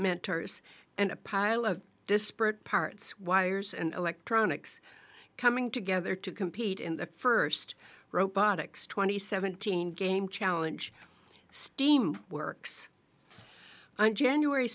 mentors and a pile of disparate parts wires and electronics coming together to compete in the first robotics twenty seventeen game challenge steam works and january